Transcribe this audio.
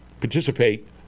participate